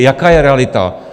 Jaká je realita?